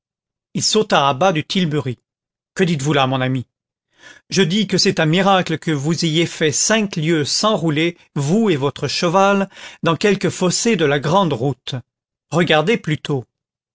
il sauta à bas du tilbury que dites-vous là mon ami je dis que c'est un miracle que vous ayez fait cinq lieues sans rouler vous et votre cheval dans quelque fossé de la grande route regardez plutôt